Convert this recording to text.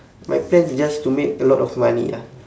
my plan is just to make a lot of money ah